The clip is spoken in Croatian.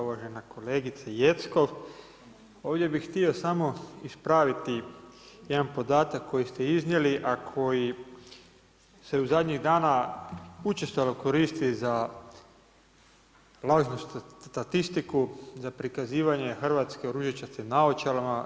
Uvažena kolegice Jeckov, ovdje bi htio samo ispraviti jedan podatak koji ste iznijeli a koji se zadnjih dana učestalo koristi za lažnu statistiku, za prikazivanje Hrvatske u ružičastim naočalama.